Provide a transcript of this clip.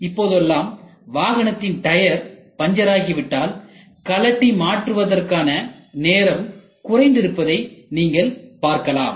இப்பொழுதெல்லாம் வாகனத்தின் tyre puncture ஆகி விட்டால் கழட்டி மாற்றுவதற்கான நேரம் குறைந்து இருப்பதை நீங்கள் பார்க்கலாம்